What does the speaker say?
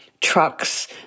trucks